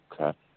Okay